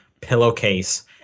pillowcase